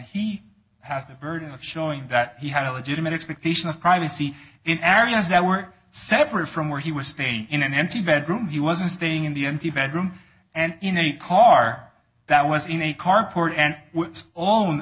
he has the burden of showing that he had a legitimate expectation of privacy in areas that were separate from where he was staying in an empty bedroom he wasn't staying in the bedroom and in a car that was in a carport and